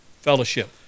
fellowship